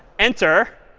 enter.